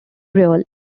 real